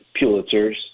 Pulitzers